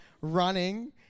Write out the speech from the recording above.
running